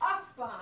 אף פעם,